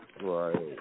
Right